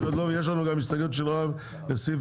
יש לנו גם הסתייגות של רע"מ לסעיף